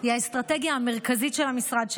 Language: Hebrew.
היא האסטרטגיה המרכזית של המשרד שלנו.